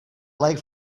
leg